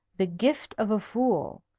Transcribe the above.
the gift of a fool.